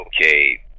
okay